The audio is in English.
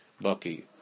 bucky